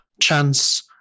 chance